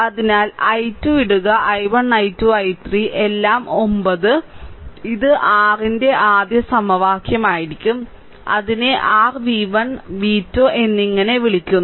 അതിനാൽ i2 ഇടുക i1 i2 i3 എല്ലാം 9 ഇത് r ന്റെ ആദ്യ സമവാക്യമായിരിക്കും അതിനെ r v1 v2 എന്നിങ്ങനെ വിളിക്കുന്നു